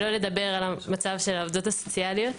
שלא לדבר על המצב של העובדות הסוציאליות,